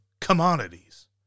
commodities